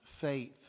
faith